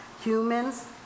Humans